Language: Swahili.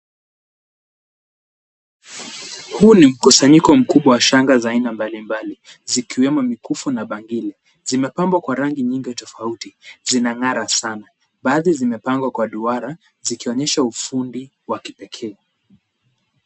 Huu ni mkusanyiko mkubwa wa shanga za aina mbalimbali zikiwemo mikufu na bangili. Zimepambwa kwa rangi nyingi tofauti tofauti. Zinangara sana. Baadhi zimepangwa kwa duara zikionyesha ufundi wa kipekee.